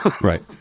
right